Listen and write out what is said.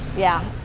yeah.